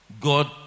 God